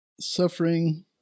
suffering